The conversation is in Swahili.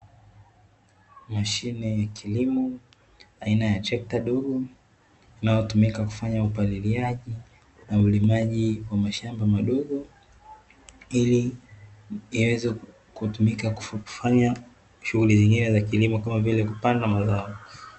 Mashine ya kilimo aina ya trekta dogo, linalotumika kufanya upaliliaji na ulimaji wa mashamba madogo, ili yaweze kutumika kufanya shughuli zingine za kilimo kama vile kupanda mazao.